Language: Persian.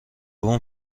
بوم